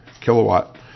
kilowatt